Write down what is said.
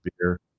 beer